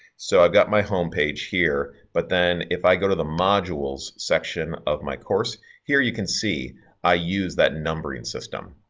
so i've got my home page here. but then if i go to the modules section of my course here you can see i use that numbering system.